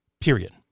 period